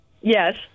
Yes